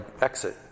exit